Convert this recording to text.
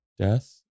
Death